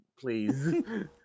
please